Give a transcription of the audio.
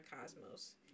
Cosmos